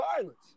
violence